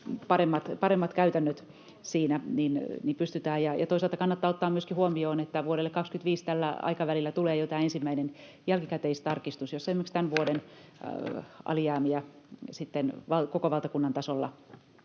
paremmat käytännöt siinä, niin pystytään... Toisaalta kannattaa ottaa myöskin huomioon, että vuodelle 25, tällä aikavälillä, tulee jo tämä ensimmäinen jälkikäteistarkistus, jossa esimerkiksi tämän vuoden alijäämiä koko valtakunnan tasolla